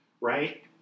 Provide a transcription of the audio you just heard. right